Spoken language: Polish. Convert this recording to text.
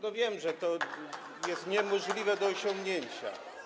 No wiem, że to jest niemożliwe do osiągnięcia.